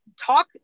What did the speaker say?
talk